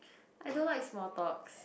I don't like small talks